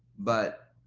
but